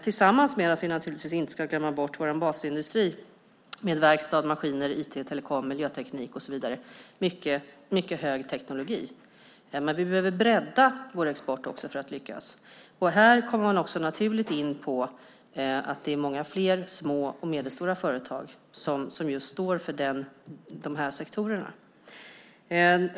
Vi ska samtidigt inte glömma bort vår basindustri, med verkstad, maskiner, IT, telekom, miljöteknik och så vidare, mycket hög teknologi. Men vi behöver också bredda vår export för att lyckas. Här kommer man naturligt in på att det är många fler små och medelstora företag som står för dessa sektorer.